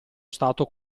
stato